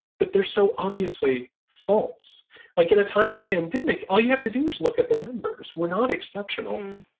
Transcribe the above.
but there's so obviously false like in a time of pandemic. all you have to do is look at the numbers were not exceptional. um